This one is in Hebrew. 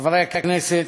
חברי הכנסת,